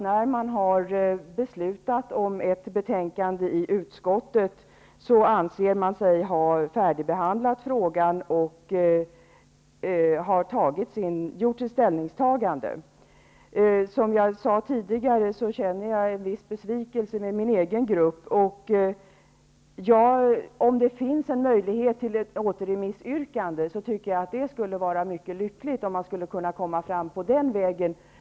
När man har beslutat om ett betänkande i utskottet anser man sig ha gjort sitt ställningstagande och färdigbehandlat frågan. Som jag sade tidigare känner jag en viss besvikelse gentemot min egen grupp. Om det finns en möjlighet till ett återremissyrkande, tycker jag att det skulle vara lyckligt om man kunde komma fram den vägen.